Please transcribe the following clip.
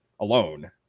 alone